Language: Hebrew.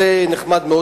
זה נחמד מאוד.